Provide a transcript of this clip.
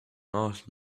asked